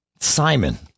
Simon